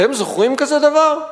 אתם זוכרים כזה דבר?